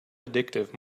addictive